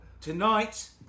tonight